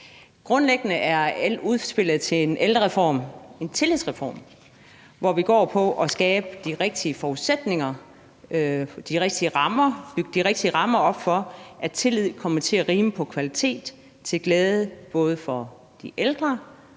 Grundlæggende er udspillet til en ældrereform en tillidsreform, som går på at skabe de rigtige forudsætninger og bygge de rigtige rammer op for, at tillid kommer til at rime på kvalitet til glæde for både de ældre